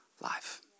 life